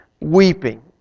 weeping